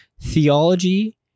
Theology